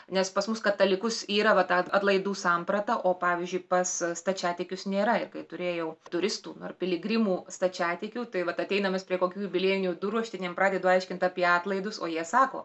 nes pas mus katalikus yra vat ta atlaidų samprata o pavyzdžiui pas stačiatikius nėra ir kai turėjau turistų ar piligrimų stačiatikių tai vat ateinam mes prie kokių jubiliejinių durų aš ten jiem pradedu aiškint apie atlaidus o jie sako